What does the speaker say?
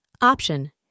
Option